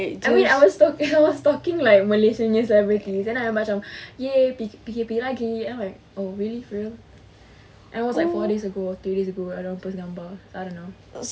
I mean I was I was stalking like malaysian punya celebrity then dorang macam !yay! P_K_P lagi then I'm like oh really for real that was like four days ago two days ago ada orang post gambar I don't know